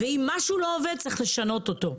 אם משהו לא עובד צריך לשנות אותו.